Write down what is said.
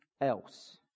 else